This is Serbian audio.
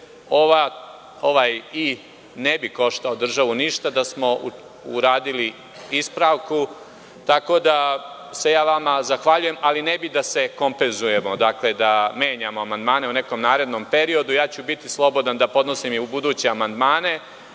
Ovaj „i“ ne bi koštao državu ništa da smo uradili ispravku, tako da se ja vama zahvaljujem, ali ne bih da se kompenzujemo, da menjamo amandmane u nekom narednom periodu. Biću slobodan da podnosim i ubuduće amandmane,